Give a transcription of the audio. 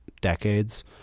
decades